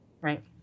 Right